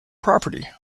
property